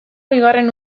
bigarren